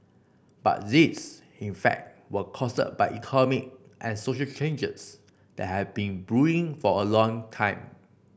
but these in fact were caused by economic and social changes that have been brewing for a long time